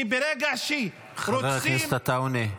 כי ברגע שרוצים --- חבר הכנסת עטאונה,